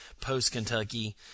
post-Kentucky